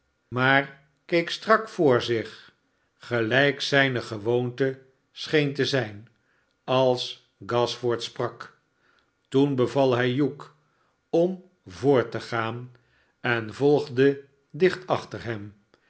maar keek strak voor zich gelijk zijne gewoonte scheen te zijn als gashford sprak toen beval hij hugh om voort te gaan en volgde dicht achter hem